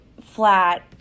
flat